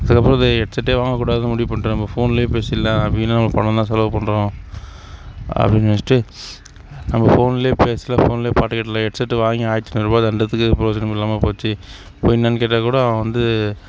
சில பொழுது ஹெட் செட்டே வாங்கக்கூடாதுனு முடிவு பண்ணிட்டேன் நம்ம ஃபோன்லயே பேசிடலாம் வீணா நம்ம பணம்லாம் செலவு பண்ணுறோம் அப்படி நினச்சிட்டு நம்ம ஃபோன்லேயே பேசலாம் ஃபோன்லேயே பாட்டு கேட்டுக்கலாம் ஹெட் செட் வாங்கி ஆயிரத்தி ஐநூறுபா தண்டத்துக்கு ப்ரோஜனம் இல்லாமல் போச்சு போய் என்னன்னு கேட்டால் கூட அவன் வந்து